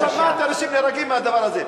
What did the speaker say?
לא שמעתי שאנשים נהרגים מהדבר הזה,